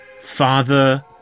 Father